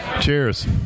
cheers